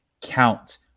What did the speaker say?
count